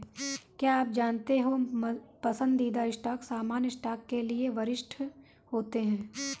क्या आप जानते हो पसंदीदा स्टॉक सामान्य स्टॉक के लिए वरिष्ठ होते हैं?